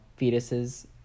fetuses